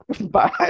Bye